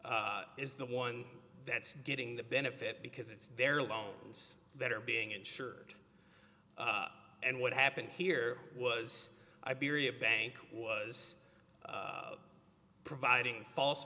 is the one that's getting the benefit because it's their loans that are being insured and what happened here was iberia bank was providing false